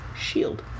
Shield